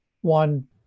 one